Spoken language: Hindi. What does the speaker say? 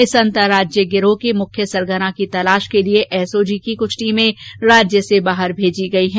इस अन्तर्राज्यीय गिरोह के मुख्य सरगना की तलाश के लिए एसओजी की कृछ टीमें बाहर भेजी गयी हैं